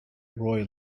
roy